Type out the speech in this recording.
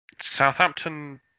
Southampton